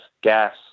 gas